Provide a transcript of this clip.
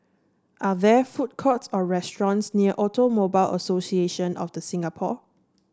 are there food courts or restaurants near Automobile Association of The Singapore